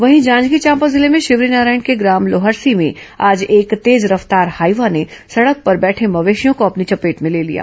वहीं जांजगीर चांपा जिले में शिवरीनारायण के ग्राम लोहरसी में आज एक तेज रफ्तार हाईवा ने सड़क पर बैठे मवेशियों को अपनी चपेट में ले लिया